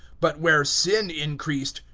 but where sin increased,